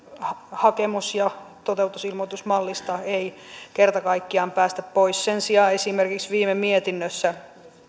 hakemus ja toteutusilmoitusmallista ei kerta kaikkiaan päästä pois sen sijaan esimerkiksi viime mietinnössä